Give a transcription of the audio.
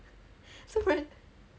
so then